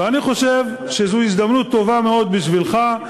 ואני חושב שזו הזדמנות טובה מאוד בשבילך,